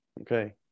Okay